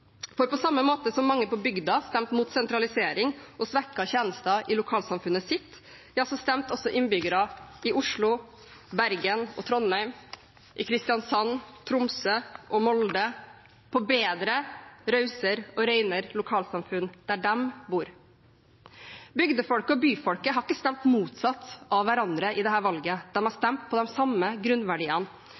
lokalsamfunn. På samme måte som mange på bygda stemte mot sentralisering og svekkede tjenester i lokalsamfunnet sitt, stemte også innbyggere i Oslo, Bergen, Trondheim, Kristiansand, Tromsø og Molde for bedre, rausere og renere lokalsamfunn der de bor. Bygdefolket og byfolket har ikke stemt motsatt av hverandre i dette valget, de har stemt på de samme grunnverdiene.